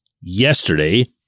yesterday